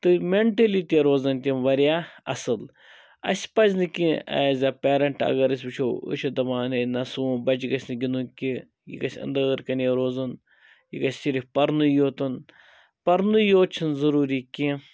تہٕ مٮ۪نٹلی تہِ روزَن تِم واریاہ اصٕل اسہِ پَزِ نہٕ کہِ ایز اَ پیرنٹ اگر أسۍ وٕچھو أسۍ چھِ دَپان ہے نہ سون بَچہِ گَژھِ نہٕ گِندُن کینٛہہ یہِ گَژھِ اندر کنے روزُن یہِ گَژھِ صرف پَرنُے یوت پَرنُے یوت چھُنہٕ ضٔروٗری کینٛہہ